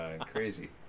crazy